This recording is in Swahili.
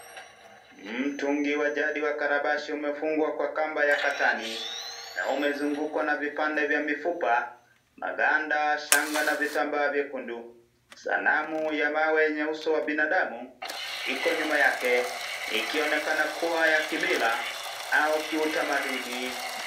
Mtungi wa jadi ya Kalabashi umefungwa kwa kamba ya katani na umezungukwa na vipande vya mifupa, makanda, shanga na vitambaa vyekundu. Sanamu ya mawe yenye uso wa binadamu iko nyuma yake, ikionekana kuwa ya kimila au kiutamaduni.